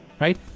right